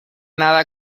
nada